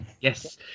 Yes